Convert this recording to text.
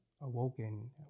awoken